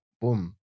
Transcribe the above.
boom